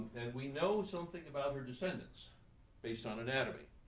and we know something about her descendants based on anatomy,